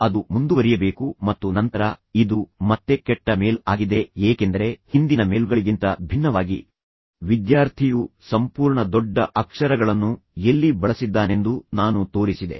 ಆದ್ದರಿಂದ ಅದು ಮುಂದುವರಿಯಬೇಕು ಮತ್ತು ನಂತರ ಇದು ಮತ್ತೆ ಕೆಟ್ಟ ಮೇಲ್ ಆಗಿದೆ ಏಕೆಂದರೆ ಹಿಂದಿನ ಮೇಲ್ಗಳಿಗಿಂತ ಭಿನ್ನವಾಗಿ ವಿದ್ಯಾರ್ಥಿಯು ಸಂಪೂರ್ಣ ದೊಡ್ಡ ಅಕ್ಷರಗಳನ್ನು ಎಲ್ಲಿ ಬಳಸಿದ್ದಾನೆಂದು ನಾನು ತೋರಿಸಿದೆ